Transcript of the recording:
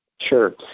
Sure